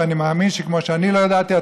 ואני מאמין שכמו שאני לא ידעתי,